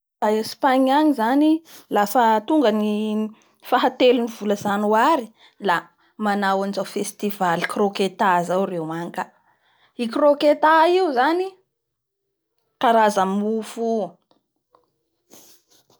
A Espagne agny zany af tonga ny faha teo ny vola janoary la manao anizao festival CROCKETA zao reo agny ka i crocketa io zany karaza mofo io.